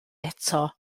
eto